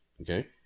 Okay